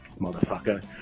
motherfucker